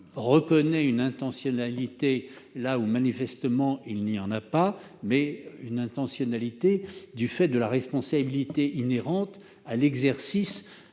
reconnaît une intentionnalité là où, manifestement, il n'y en a pas. C'est une intentionnalité du fait de la responsabilité inhérente à l'exercice